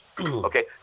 Okay